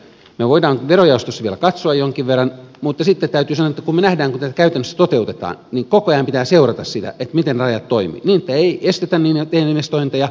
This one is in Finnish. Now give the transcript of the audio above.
me voimme verojaostossa vielä katsoa niitä jonkin verran mutta sitten täytyy sanoa että kun me näemme kuinka tätä käytännössä toteutetaan niin koko ajan pitää seurata sitä miten ne rajat toimivat niin että ei estetä tekemästä investointeja